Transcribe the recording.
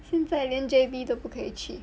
现在连 J_B 都不可以去